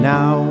Now